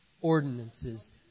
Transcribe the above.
ordinances